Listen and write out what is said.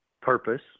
purpose